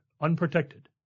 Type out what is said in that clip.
Unprotected